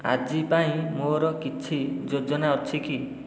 ଆଜି ପାଇଁ ମୋର କିଛି ଯୋଜନା ଅଛି କି